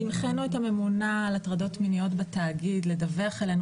הנחינו את הממונה על הטרדות מיניות בתאגיד לדווח אלינו